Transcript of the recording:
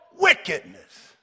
wickedness